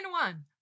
one